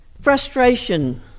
Frustration